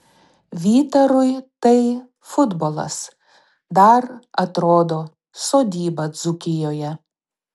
vytarui tai futbolas dar atrodo sodyba dzūkijoje